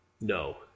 No